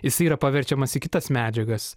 jis yra paverčiamas į kitas medžiagas